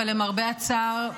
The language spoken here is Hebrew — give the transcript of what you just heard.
אבל למרבה הצער,